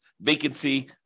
vacancy